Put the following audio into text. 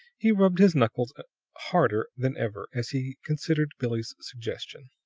he rubbed his knuckles harder than ever as he considered billie's suggestion.